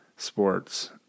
Sports